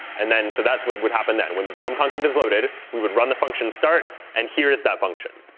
and then so that's what would happen then. when the dom content is loaded, we would run the function start, and here is that function.